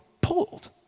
pulled